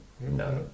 No